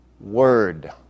word